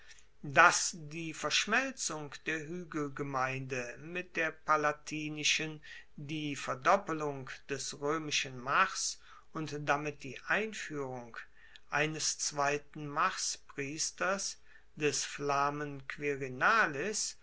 dass die verschmelzung der huegelgemeinde mit der palatinischen die verdoppelung des roemischen mars und damit die einfuehrung eines zweiten marspriesters des flamen